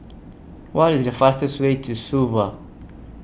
What IS The fastest Way to Suva